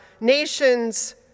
nation's